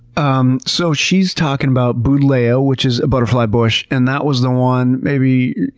um so she's talking about buddleia, which is a butterfly bush. and that was the one maybe,